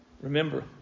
Remember